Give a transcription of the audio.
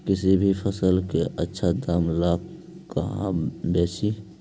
किसी भी फसल के आछा दाम ला कहा बेची?